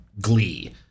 glee